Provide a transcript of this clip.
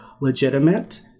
legitimate